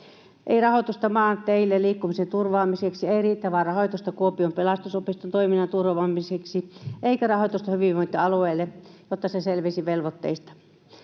ei rahoitusta maanteille, liikkumisen turvaamiseksi, ei riittävää rahoitusta Kuopion Pelastusopiston toiminnan turvaamiseksi eikä rahoitusta hyvinvointialueelle, jotta se selviäisi velvoitteista.